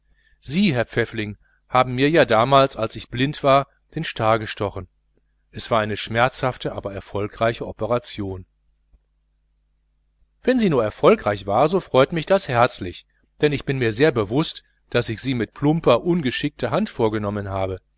sie herr pfäffling haben mir ja damals als ich blind war den star gestochen es war eine schmerzhafte aber erfolgreiche operation wenn sie erfolgreich war so freut mich das herzlich denn ich bin mir sehr bewußt daß ich sie mit plumper ungeschickter hand vorgenommen habe